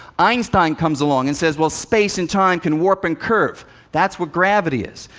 einstein comes along and says, well, space and time can warp and curve that's what gravity is.